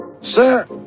Sir